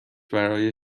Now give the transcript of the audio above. برای